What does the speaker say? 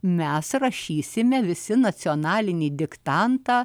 mes rašysime visi nacionalinį diktantą